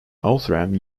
outram